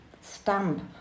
stamp